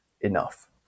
enough